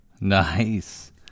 Nice